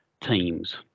teams